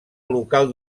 local